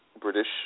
British